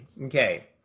Okay